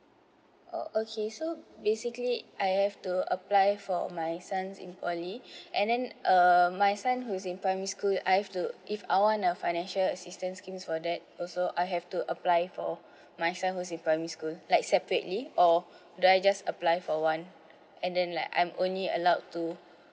oh okay so basically I have to apply for my son in poly and then uh my son who's in primary school I've to if I want a financial assistance scheme for that also I have to apply for my son who's in primary school like separately or do I just apply for one and then like I'm only allowed to